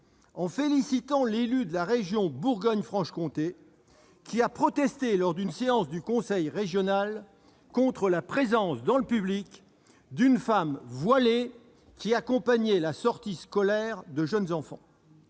et félicité l'élu de la région Bourgogne-Franche-Comté qui avait protesté lors d'une séance du conseil régional contre la présence, dans le public, d'une femme voilée accompagnant la sortie scolaire de jeunes enfants.